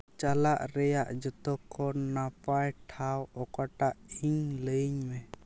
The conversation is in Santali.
ᱪᱟᱞᱟᱜ ᱨᱮᱭᱟᱜ ᱡᱚᱛᱚ ᱠᱷᱚᱱ ᱱᱟᱯᱟᱭ ᱴᱷᱟᱶ ᱚᱠᱟᱴᱟᱜ ᱤᱧ ᱞᱟᱹᱭᱟᱹᱧ ᱢᱮ